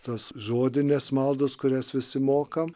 tos žodinės maldos kurias visi mokam